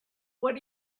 what